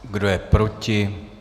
Kdo je proti?